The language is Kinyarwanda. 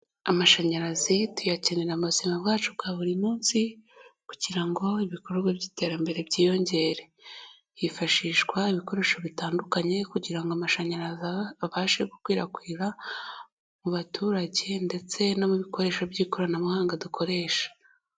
Amashanyarazi tuyakenera mu buzima bwacu bwa buri munsi kugira ngo ibikorwa by'iterambere byiyongere. Hifashishwa ibikoresho bitandukanye kugira ngo amashanyarazi abashe gukwirakwira mu baturage ndetse no mu bikoresho by'ikoranabuhanga dukoresha.